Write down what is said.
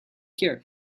here